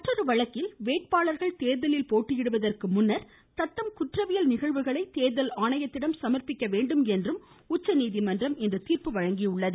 மற்றொரு வழக்கில் வேட்பாளர்கள் தேர்தலில் போட்டியிடுவதற்கு முன்பு தத்தம் குற்றவியல் நிகழ்வுகளை தோதல் ஆணையத்திடம் சமாப்பிக்க வேண்டும் என்றும் உச்சநீதிமன்றம் இன்று தீர்ப்பு வழங்கியது